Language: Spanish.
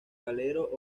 calero